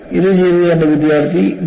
ഇത് ചെയ്തത് എന്റെ വിദ്യാർത്ഥി D